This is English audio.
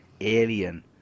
alien